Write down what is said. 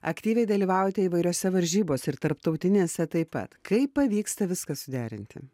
aktyviai dalyvaujate įvairiose varžybose ir tarptautinėse taip pat kaip pavyksta viską suderinti